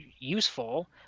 useful